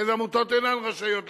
אילו עמותות אינן רשאיות לקבל,